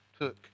took